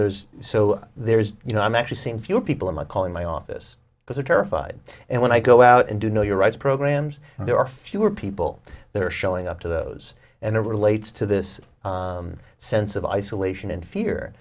there's so there's you know i'm actually seeing fewer people in my calling my office because i'm terrified and when i go out and do know your rights programs there are fewer people that are showing up to those and it relates to this sense of isolation and fear